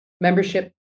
membership